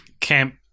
Camp